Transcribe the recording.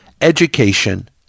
education